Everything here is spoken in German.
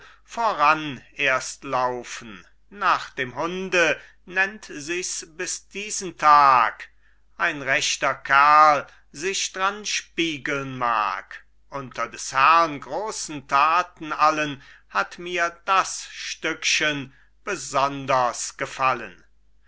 voran erst laufen nach dem hunde nennt sichs bis diesen tag ein rechter kerl sich dran spiegeln mag unter des herrn großen taten allen hat mir das stückchen besonders gefallen